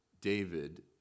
David